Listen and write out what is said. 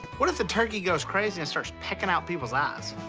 what if the turkey goes crazy and starts pecking out people's eyes.